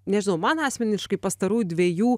nežinau man asmeniškai pastarųjų dviejų